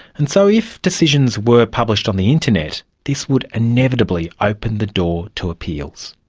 and so if decisions were published on the internet, this would inevitably open the door to appeals.